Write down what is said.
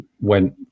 went